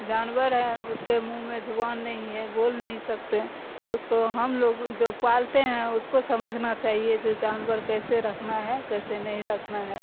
جانور ہے اس کے منہ میں جبان نہیں ہے بول نہیں سکتے اس کو ہم لوگ جو پالتے ہیں اس کو سمجھنا چاہیے جو جانور کیسے رکھنا ہے کیسے نہیں رکھنا ہے